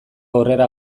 aurrera